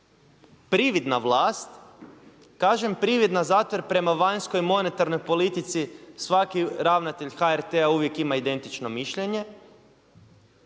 prividna vlast, kažem prividna zato jer prema vanjskoj monetarnoj politici svaki ravnatelj HRT-a uvijek ima identično mišljenje.